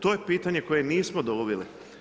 To je pitanje koje nismo dobili.